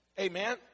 Amen